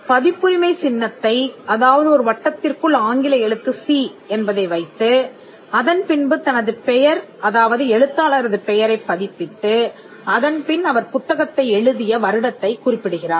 பதிப்புரிமை சின்னத்தை அதாவது ஒரு வட்டத்திற்குள் ஆங்கில எழுத்து சி என்பதை வைத்து அதன்பின்பு தனது பெயர் அதாவது எழுத்தாளரது பெயரைப் பதிப்பித்து அதன்பின் அவர் புத்தகத்தை எழுதிய வருடத்தைக் குறிப்பிடுகிறார்